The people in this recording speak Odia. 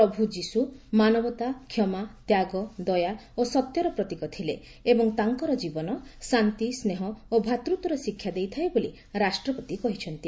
ପ୍ରଭୁ ଯୀଶୁ ମାନବତା କ୍ଷମା ତ୍ୟାଗ ଦୟା ଓ ସତ୍ୟର ପ୍ରତୀକ ଥିଲେ ଏବଂ ତାଙ୍କର ଜୀବନ ଶାନ୍ତି ସ୍ନେହ ଓ ଭ୍ରାତୃତ୍ୱର ଶିକ୍ଷା ଦେଇଥାଏ ବୋଲି ରାଷ୍ଟ୍ରପତି କହିଛନ୍ତି